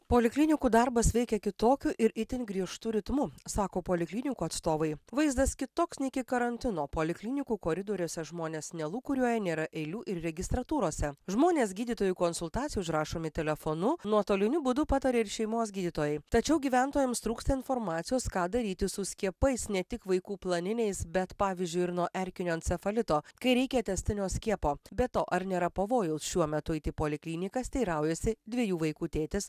poliklinikų darbas veikia kitokiu ir itin griežtu ritmu sako poliklinikų atstovai vaizdas kitoks nei iki karantino poliklinikų koridoriuose žmonės nelūkuriuoja nėra eilių ir registratūrose žmonės gydytojų konsultacijai užrašomi telefonu nuotoliniu būdu pataria ir šeimos gydytojai tačiau gyventojams trūksta informacijos ką daryti su skiepais ne tik vaikų planiniais bet pavyzdžiui ir nuo erkinio encefalito kai reikia tęstinio skiepo be to ar nėra pavojaus šiuo metu eiti į poliklinikas teiraujasi dviejų vaikų tėtis